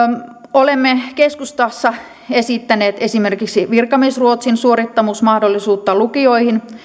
olemme keskustassa esittäneet esimerkiksi virkamiesruotsin suorittamismahdollisuutta lukioihin